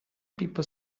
people